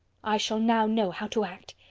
i shall now know how to act.